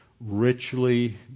richly